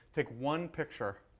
take one picture,